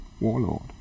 warlord